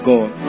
God